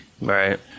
Right